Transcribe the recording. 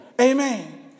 Amen